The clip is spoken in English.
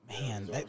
man